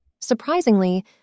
Surprisingly